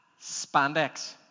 spandex